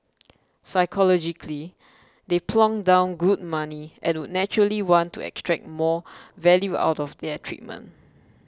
psychologically they've plonked down good money and would naturally want to extract more value out of their treatment